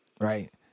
right